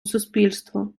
суспільству